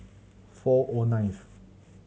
four O ninth